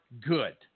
good